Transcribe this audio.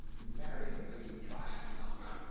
marry, the trial is over.